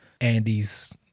Andy's